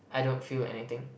I don't feel anything